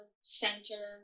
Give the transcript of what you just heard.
center